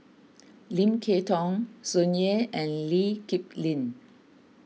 Lim Kay Tong Tsung Yeh and Lee Kip Lin